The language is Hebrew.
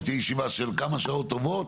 זו תהיה ישיבה של כמה שעות טובות.